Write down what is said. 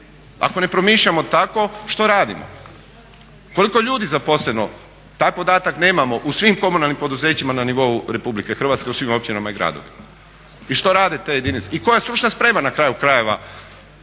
Ako ne promišljamo tako što radimo? Koliko je ljudi zaposleno, taj podatak nemamo, u svim komunalnim poduzećima na nivou RH, u svim općinama i gradovima? I što rade te jedinice i koja je stručna sprema na kraju krajeva,